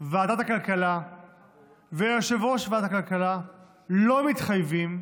ועדת הכלכלה ויושב-ראש ועדת הכלכלה לא מתחייבים,